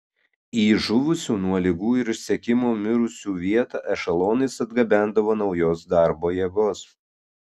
į žuvusių nuo ligų ir išsekimo mirusių vietą ešelonais atgabendavo naujos darbo jėgos